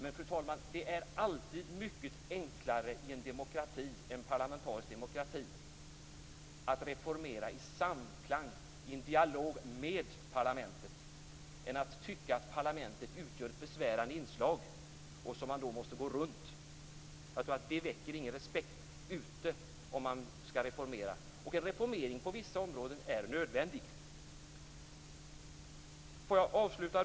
Men, fru talman, det är alltid mycket enklare att i en parlamentarisk demokrati reformera i samklang, i en dialog, med parlamentet än att tycka att parlamentet utgör ett besvärande inslag som man måste gå runt, vilket jag inte tror väcker någon respekt om man skall reformera. Och en reformering på vissa områden är nödvändig. Fru talman!